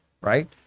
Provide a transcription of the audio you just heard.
right